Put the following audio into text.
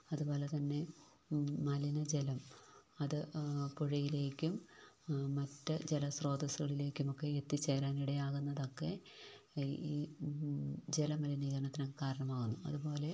അതുപോലെത്തന്നെ മലിനജലം അത് പുഴയിലേക്കും മറ്റ് ജലസ്രോതസ്സുകളിലേക്കുമൊക്കെ എത്തിച്ചേരാനിടയാകുന്നതൊക്കെ ഈ ജലമലിനീകരണത്തിന് കാരണമാകുന്നു അതുപോലെ